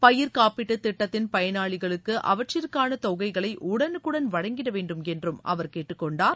பயிர்க் காப்பீட்டு திட்டத்தின் பயனாளிகளுக்கு அவற்றிற்கான தொகைகளை உடனுக்குடன் வழங்கிட வேண்டும் என்றும் அவர் கேட்டுக் கொண்டார்